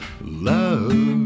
love